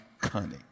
cunning